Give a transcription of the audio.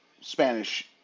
Spanish